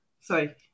sorry